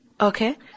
Okay